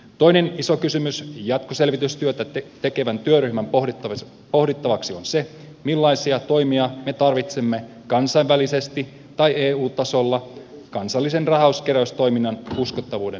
toinen iso kysymys jatkoselvitystyötä tekevän työryhmän pohdittavaksi on se millaisia toimia me tarvitsemme kansainvälisesti tai eu tasolla kansallisen rahankeräystoiminnan uskottavuuden säilyttämiseksi